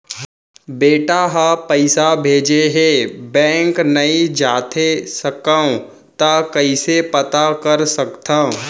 बेटा ह पइसा भेजे हे बैंक नई जाथे सकंव त कइसे पता कर सकथव?